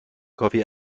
کافی